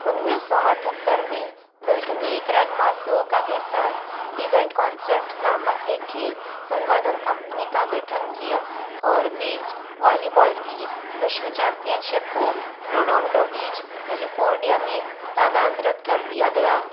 उन्नीस सौ अठहत्तर में विल्क ने क्रेग मासुओका के साथ इवेंट कॉन्सेप्ट्स नामक एक खेल संवर्धन कंपनी का गठन किया और बीच वॉलीबॉल की विश्व चैम्पियनशिप को रोडोंडो बीच कैलिफोर्निया में स्थानांतरित कर दिया गया